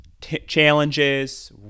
challenges